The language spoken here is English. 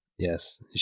Yes